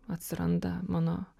atsiranda mano